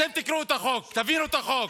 אתם תקראו את החוק, תבינו את החוק.